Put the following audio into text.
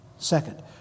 Second